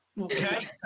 okay